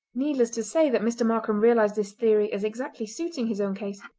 needless to say that mr. markam realised this theory as exactly suiting his own case.